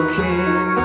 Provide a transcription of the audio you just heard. king